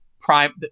prime